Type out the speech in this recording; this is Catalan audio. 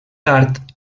tard